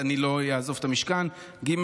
אני לא אעזוב את המשכן, ג.